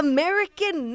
American